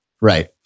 Right